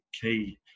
key